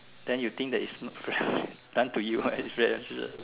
then you think that is not done to you